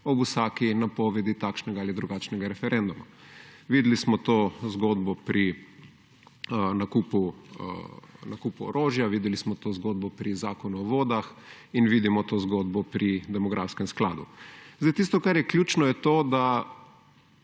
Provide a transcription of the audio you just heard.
ob vsaki napovedi takšnega ali drugačnega referenduma. Videli smo to zgodbo pri nakupu orožja, videli smo to zgodbo pri Zakonu o vodah in vidimo to zgodbo pri demografskem skladu. Zdaj tisto kar je ključno je to, da